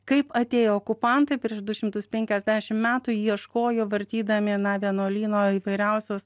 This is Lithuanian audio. kaip atėjo okupantai prieš du šimtus penkiasdešim metų ieškojo vartydami na vienuolyno įvairiausius